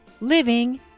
living